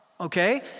Okay